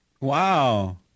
Wow